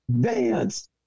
dance